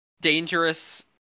dangerous